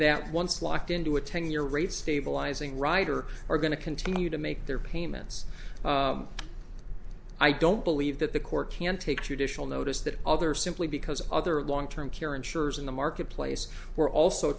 that once locked into a ten year rate stabilizing writer are going to continue to make their payments i don't believe that the court can take judicial notice that other simply because other long term care insurers in the marketplace were also